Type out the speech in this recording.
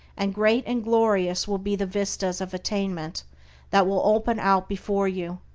and great and glorious will be the vistas of attainment that will open out before you.